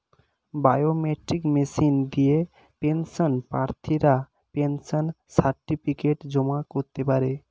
biometric machine দিয়ে pension প্রার্থীরা pension certificate জমা করতে পারে